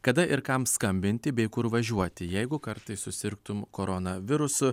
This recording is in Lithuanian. kada ir kam skambinti bei kur važiuoti jeigu kartais susirgtum koronavirusu